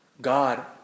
God